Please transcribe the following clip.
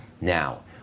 Now